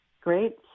great